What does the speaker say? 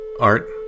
art